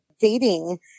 dating